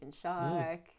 shark